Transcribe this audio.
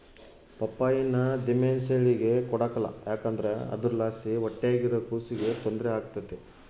ಪಪ್ಪಾಯಿನ ದಿಮೆಂಸೇಳಿಗೆ ಕೊಡಕಲ್ಲ ಯಾಕಂದ್ರ ಅದುರ್ಲಾಸಿ ಹೊಟ್ಯಾಗಿರೋ ಕೂಸಿಗೆ ತೊಂದ್ರೆ ಆಗ್ತತೆ